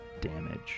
damage